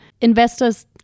investors